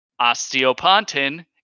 osteopontin